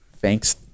thanks